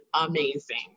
amazing